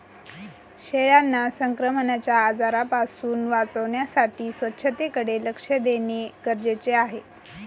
शेळ्यांना संक्रमणाच्या आजारांपासून वाचवण्यासाठी स्वच्छतेकडे लक्ष देणे गरजेचे आहे